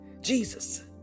Jesus